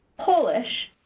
polish,